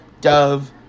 Dove